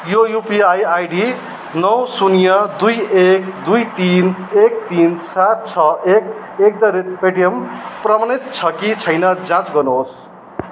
यो UPI ID नौ शून्य दुई एक दुई तिन एक तिन सात छ एक एट द रेट पेटिएम प्रमाणित छ कि छैन जाँच गर्नुहोस्